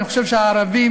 אני חושב שהערבים,